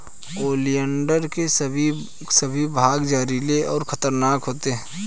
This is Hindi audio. ओलियंडर के सभी भाग जहरीले और खतरनाक होते हैं